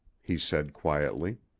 he said quietly.